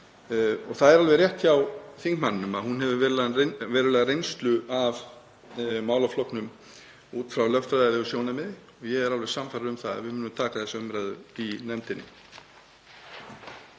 Það er alveg rétt hjá þingmanninum að hún hefur verulega reynslu af málaflokknum út frá lögfræðilegu sjónarmiði og ég er alveg sannfærður um að við munum taka þessa umræðu í nefndinni.